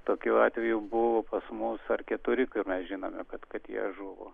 tokių atvejų buvo pas mus ar keturi kai mes žinome kad kad jie žuvo